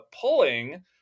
Pulling